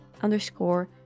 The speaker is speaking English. underscore